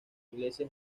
iglesia